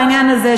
בעניין הזה,